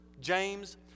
James